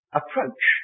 approach